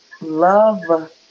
Love